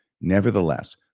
Nevertheless